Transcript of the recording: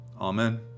Amen